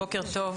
בוקר טוב.